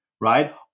right